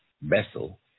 vessel